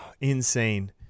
Insane